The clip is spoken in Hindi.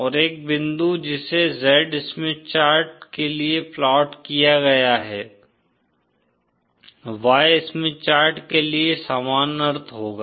और एक बिंदु जिसे Z स्मिथ चार्ट के लिए प्लॉट किया गया है Y स्मिथ चार्ट के लिए समान अर्थ होगा